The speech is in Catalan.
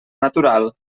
natural